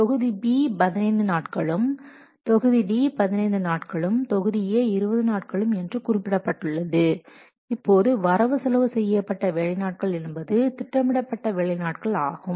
தொகுதி B 15 நாட்களும் தொகுதி D 15 நாட்களும் தொகுதி A 20 நாட்களும் என்று குறிப்பிடப்பட்டுள்ளது இப்போது வரவு செலவு செய்யப்பட்ட வேலை நாட்கள் என்பது திட்டமிடப்பட்ட வேலை நாட்கள் ஆகும்